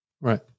Right